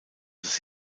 das